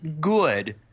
good